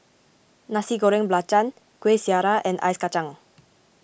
Nasi Goreng Belacan Kueh Syara and Ice Kacang